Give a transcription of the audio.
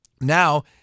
now